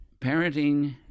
parenting